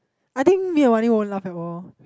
I think me and Wan-Ning won't laugh at all